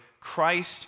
Christ